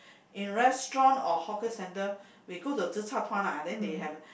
in restaurant or hawker centre we go to tze-char-tuan ah and then they have a